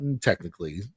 technically